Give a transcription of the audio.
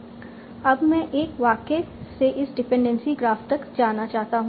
अब मैं एक वाक्य से इस डिपेंडेंसी ग्राफ तक जाना चाहता हूं